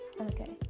Okay